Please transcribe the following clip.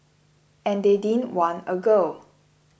and they didn't want a girl